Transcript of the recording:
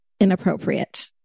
inappropriate